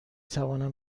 توانم